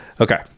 Okay